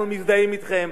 אנחנו מזדהים אתכם,